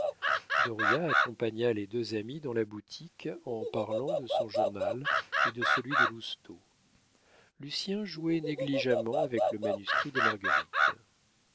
accompagna les deux amis dans la boutique en parlant de son journal et de celui de lousteau lucien jouait négligemment avec le manuscrit des marguerites